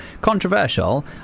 controversial